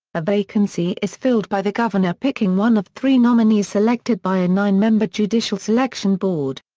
a vacancy is filled by the governor picking one of three nominees selected by a nine member judicial selection board.